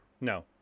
No